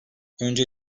önce